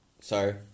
sorry